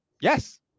yes